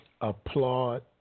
applaud